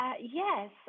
Yes